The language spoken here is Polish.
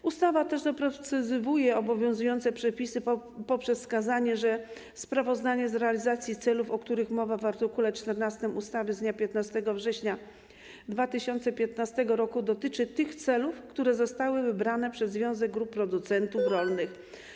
W ustawie doprecyzowuje się też obowiązujące przepisy poprzez wskazanie, że sprawozdanie z realizacji celów, o których mowa w art. 14 ustawy z dnia 15 września 2015 r., dotyczy tych celów, które zostały wybrane przez związek grup producentów rolnych.